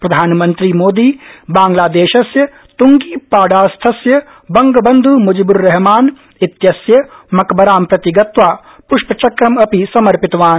प्रधानमंत्री मोदी बांग्लादेशस्य त्गीपाडास्थस्य बंगबंध् म्जिब्र्रहमान इत्यस्य मकबरा प्रति गत्वा प्ष्पचक्रम् अपि समर्पितवान्